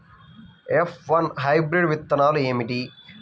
F one hybrid విత్తనాలు ఏమిటి?